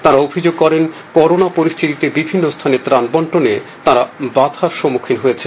তারা অভিযোগ করেন করোনা পরিস্থতিতে বিভিন্ন স্থানে ত্রাণ বন্টনে তারা বাধার সন্মুখীন হচ্ছেন